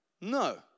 No